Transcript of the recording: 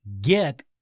get